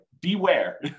beware